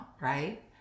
right